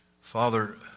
Father